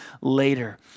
later